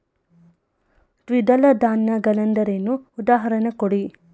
ದ್ವಿದಳ ಧಾನ್ಯ ಗಳೆಂದರೇನು, ಉದಾಹರಣೆ ಕೊಡಿ?